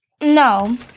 No